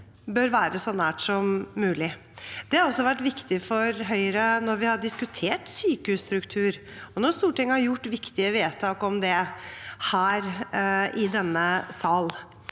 er så nær som mulig. Det har også vært viktig for Høyre når vi har diskutert sykehusstruktur, og når Stortinget har gjort viktige vedtak om det her i denne sal.